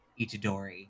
Itadori